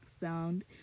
found